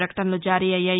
ప్రపకటనలు జారీ అయ్యాయి